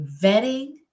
vetting